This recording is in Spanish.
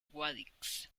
guadix